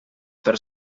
per